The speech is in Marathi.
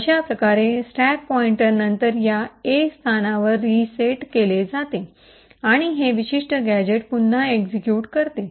अशा प्रकारे स्टॅक पॉइंटर नंतर या ए स्थानावर रीसेट केले जाते आणि हे विशिष्ट गॅझेट पुन्हा एक्सिक्यूट करते